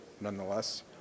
nonetheless